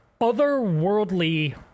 otherworldly